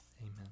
Amen